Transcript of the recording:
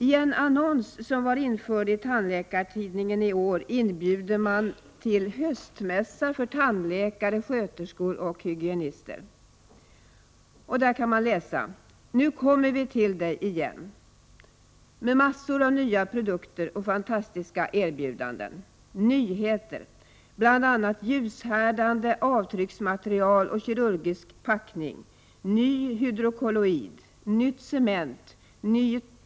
I en annons som var införd i Tandläkartidningen i år inbjuder man till höstmässa för tandläkare, sköterskor och hygienister. Där kan man läsa: ”Nu kommer vi till Dig igen! Med massor av nya produkter och fantastiska erbjudanden! Nyheter! Bl.a. ljushärdande avtrycksmaterial och kirurgisk packning! Ny hydrocolloid! Nytt glasionomer! Nytt cement!